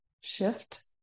shift